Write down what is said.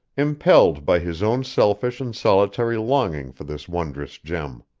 impelled by his own selfish and solitary longing for this wondrous gem.